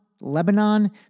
Lebanon